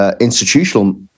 Institutional